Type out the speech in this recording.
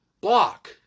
Block